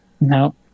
no